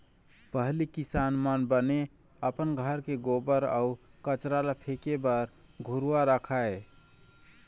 पहिली किसान मन बने अपन घर के गोबर अउ कचरा ल फेके बर घुरूवा रखय